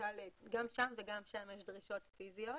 גם שם וגם שם יש דרישות פיזיות.